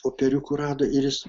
popieriukų rado ir jis